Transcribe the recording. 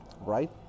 right